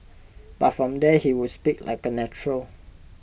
but from there he would speak like A natural